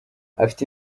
afite